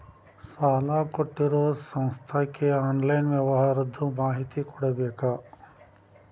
ಸಾಲಾ ಕೊಟ್ಟಿರೋ ಸಂಸ್ಥಾಕ್ಕೆ ಆನ್ಲೈನ್ ವ್ಯವಹಾರದ್ದು ಮಾಹಿತಿ ಕೊಡಬೇಕಾ?